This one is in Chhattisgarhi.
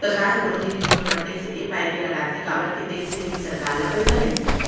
सरकार ह कोनो जिनिस मन म टेक्स ये पाय के लगाथे काबर के टेक्स ले ही सरकार ल पइसा मिलथे